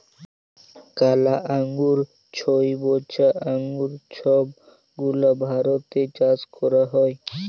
কালা আঙ্গুর, ছইবজা আঙ্গুর ছব গুলা ভারতে চাষ ক্যরে